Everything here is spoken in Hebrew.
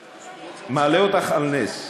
עצמי מעלה אותך על נס,